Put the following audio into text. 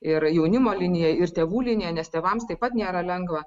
ir jaunimo linija ir tėvų linija nes tėvams taip pat nėra lengva